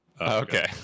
Okay